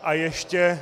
A ještě...